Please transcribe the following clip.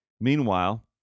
Meanwhile